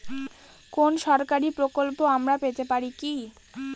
কোন সরকারি প্রকল্প আমরা পেতে পারি কি?